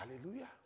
Hallelujah